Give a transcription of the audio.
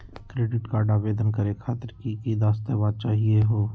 Credit card आवेदन करे खातिर की की दस्तावेज चाहीयो हो?